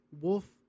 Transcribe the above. Wolf